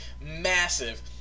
massive